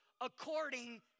according